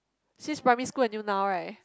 since primary school until now right